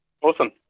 Awesome